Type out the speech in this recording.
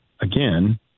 again